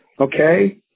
okay